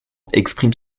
exprime